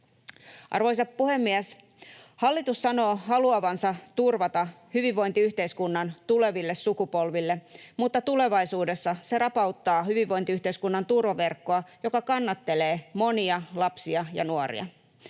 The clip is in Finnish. Arvoisa puhemies! Hallitus sanoo haluavansa turvata hyvinvointiyhteiskunnan tuleville sukupolville, mutta tulevaisuudessa se rapauttaa hyvinvointiyhteiskunnan turvaverkkoa, joka kannattelee monia lapsia ja nuoria.